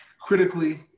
critically